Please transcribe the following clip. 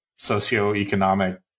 socioeconomic